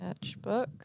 Matchbook